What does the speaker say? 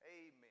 Amen